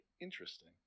interesting